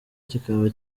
kikaba